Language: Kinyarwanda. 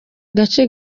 gace